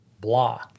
blah